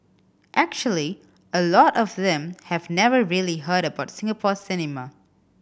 actually a lot of them have never really heard about Singapore cinema